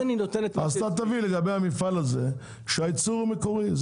אז תביא לגבי המפעל הזה על כך שהייצור במפעל הזה הוא מקורי.